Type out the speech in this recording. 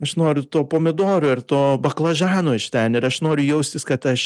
aš noriu to pomidoro ir to baklažano iš ten ir aš noriu jaustis kad aš